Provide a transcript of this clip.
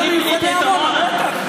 ואף פעם, למה פינית את עמונה, אלקין?